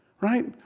Right